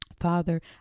Father